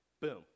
boom